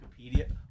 wikipedia